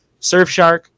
Surfshark